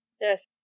Yes